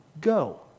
go